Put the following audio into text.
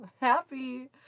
happy